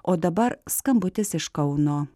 o dabar skambutis iš kauno